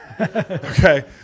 Okay